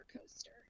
coaster